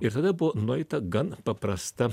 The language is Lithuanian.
ir tada buvo nueita gan paprasta